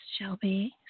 Shelby